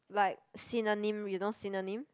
like synonym you know synonym